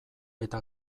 eta